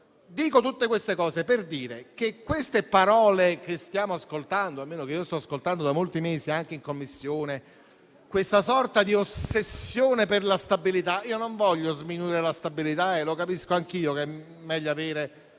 Faccio queste osservazioni in riferimento alle parole che stiamo ascoltando, almeno che io sto ascoltando da molti mesi anche in Commissione, a questa sorta di ossessione per la stabilità. Non voglio sminuire la stabilità, perché capisco anch'io che è meglio avere